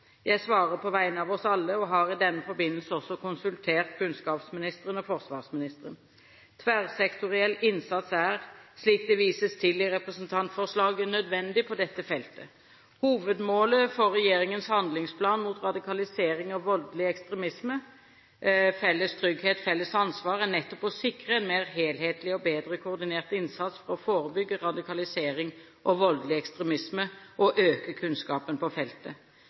Jeg svarer på vegne av oss alle, og har i denne forbindelse også konsultert kunnskapsministeren og forsvarsministeren. Tverrsektoriell innsats er, slik det vises til i representantforslaget, nødvendig på dette feltet. Hovedmålet for regjeringens handlingsplan mot radikalisering og voldelig ekstremisme, Felles trygghet – felles ansvar, er nettopp å sikre en mer helhetlig og bedre koordinert innsats for å forebygge radikalisering og voldelig ekstremisme, og øke kunnskapen på feltet.